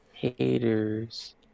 Haters